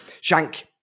Shank